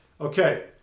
Okay